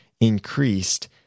increased